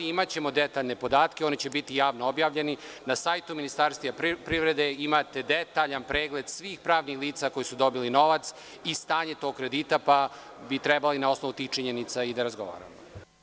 Imaćemo detaljne podatke, oni će biti javno objavljeni na sajtu Ministarstva privrede, imate detaljan pregled svih pravnih lica koji su dobili novac i stanje tog kredita, i na osnovu tih činjenica bi trebali i da razgovaramo.